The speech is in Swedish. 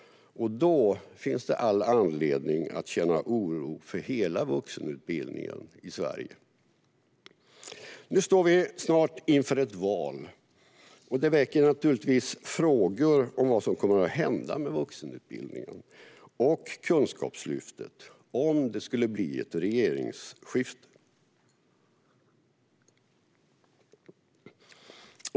Då finns det all anledning att känna oro för hela vuxenutbildningen i Sverige. Nu står vi snart inför ett val. Det väcker naturligtvis frågor om vad som kommer att hända med vuxenutbildningen och Kunskapslyftet, om det skulle bli ett regeringsskifte.